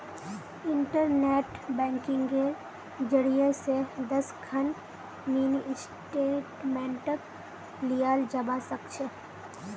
internet बैंकिंगेर जरियई स दस खन मिनी स्टेटमेंटक लियाल जबा स ख छ